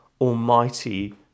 Almighty